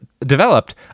developed